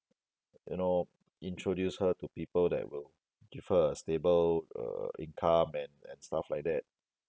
you know introduce her to people that will give her a stable uh income and and stuff like that